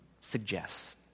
suggests